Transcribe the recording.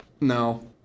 No